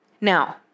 Now